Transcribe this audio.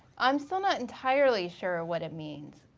i'm still not entirely sure what it means.